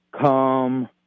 come